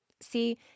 See